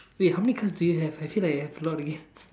wait how many cards do you have I feel like you have a lot again